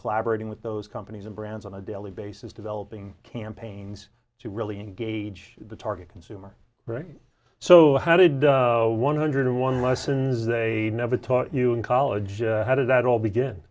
collaborating with those companies and brands on a daily basis developing campaigns to really engage the target consumer so how did one hundred one lessons they never taught you in college how did that all begin